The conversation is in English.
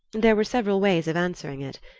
there were several ways of answering it,